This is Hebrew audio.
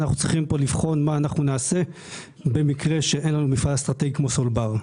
אנחנו צריכים לבחון מה נעשה במקרה שאין לנו מפעל אסטרטגי כמו סולבר.